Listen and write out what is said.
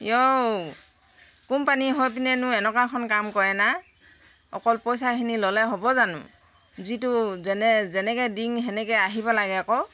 ইঔ company হৈ পিনেনো এনেকুৱাখন কাম কৰে না অকল পইচাখিনি ল'লে হ'ব জানোঁ যিটো যেনে যেনেকৈ দিং সেনেকৈ আহিব লাগে আকৌ